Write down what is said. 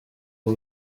uba